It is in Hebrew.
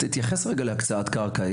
תתייחס רגע להקצאת קרקע,